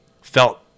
felt